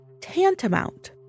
tantamount